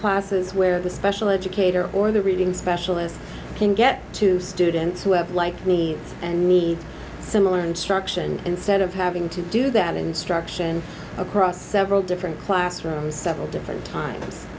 classes where the special educator or the reading specialist can get to students who have like needs and needs similar instruction instead of having to do that instruction across several different classrooms several different times